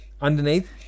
underneath